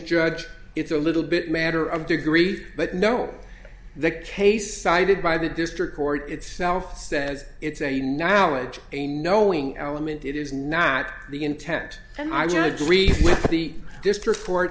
judge it's a little bit matter of degree but no the case cited by the district court itself says it's a knowledge a knowing element is not the intent and i do agree with the district